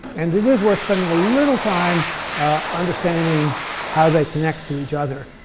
and it is worth spending a little time understanding how they connect to each other,